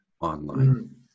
online